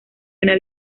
una